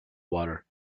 water